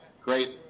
great